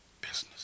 business